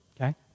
Okay